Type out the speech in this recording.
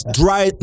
dry